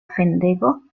fendego